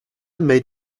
made